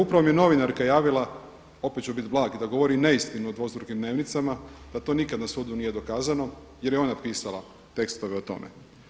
Upravo mi je novinarka javila, opet ću biti blag, da govori neistinu o dvostrukim dnevnicama, pa to nikada na sudu nije dokazano jer je ona pisala tekstove o tome.